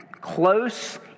close